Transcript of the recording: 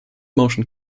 motion